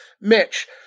mitch